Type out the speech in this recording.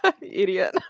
idiot